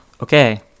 Okay